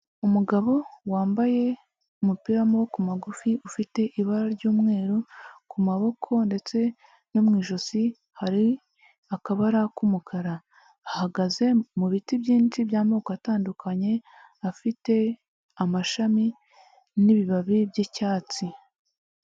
Umugabo wambaye umupira w'amaboko magufi ufite ibara ry'umweru ku maboko ndetse no mu ijosi, hari akabara k'umukara, ahagaze mu biti byinshi by'amoko atandukanye, afite amashami n'ibibabi by'icyatsi.